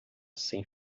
sem